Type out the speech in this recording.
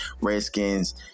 Redskins